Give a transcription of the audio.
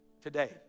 today